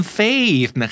faith